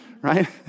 Right